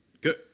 good